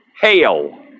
Hail